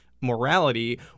morality